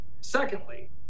secondly